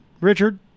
Richard